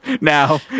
Now